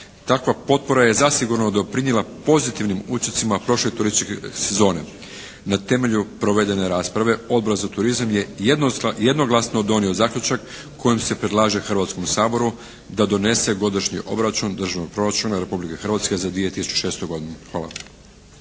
Takva potpora zasigurno je doprinijela pozitivnim učincima prošle turističke sezone. Na temelju provedene rasprave Odbor za turizam je jednoglasno donio zaključak kojim se predlaže Hrvatskom saboru da donese Godišnji obračun državnog proračuna Republike Hrvatske za 2006. godinu. Hvala.